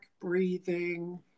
breathing